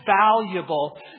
valuable